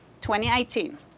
2018